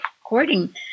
according